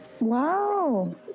Wow